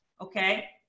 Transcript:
okay